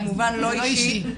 זה לא אישי.